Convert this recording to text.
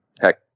heck